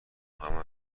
همین